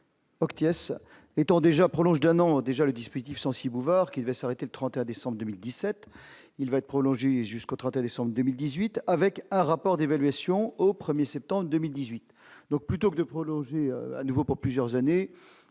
obtient s'étant déjà prolonge d'un an déjà le dispositif Censi-Bouvard qui va s'arrêter le 31 décembre 2017, il va être prolongée jusqu'au 31 décembre 2018 avec à rapport d'évaluation au 1er septembre 2018 donc, plutôt que de prolonger à nouveau pour plusieurs années,